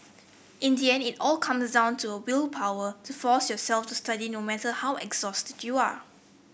in the end it all comes down to willpower to force yourself to study no matter how exhausted you are